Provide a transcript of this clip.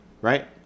Right